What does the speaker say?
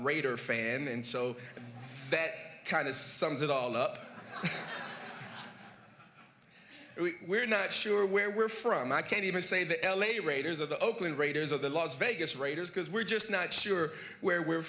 raider fan and so that kind of sums it all up we're not sure where we're from i can't even say the l a raiders of the oakland raiders or the laws vegas raiders because we're just not sure where we're